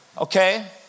Okay